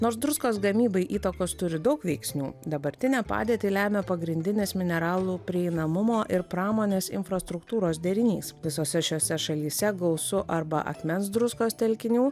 nors druskos gamybai įtakos turi daug veiksnių dabartinę padėtį lemia pagrindinis mineralų prieinamumo ir pramonės infrastruktūros derinys visose šiose šalyse gausu arba akmens druskos telkinių